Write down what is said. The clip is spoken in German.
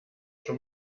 schon